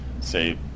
say